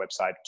website